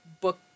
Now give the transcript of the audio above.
book